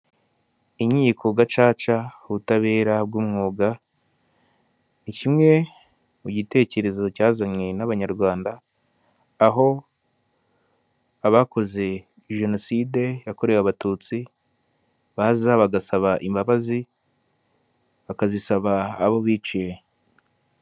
Inkiko gacaca ubutabera bw umwuga, ni kimwe mu gitekerezo cyazanwe n'abanyarwanda aho abakoze jenoside yakorewe abatutsi baza bagasaba imbabazi bakazisaba abo biciye.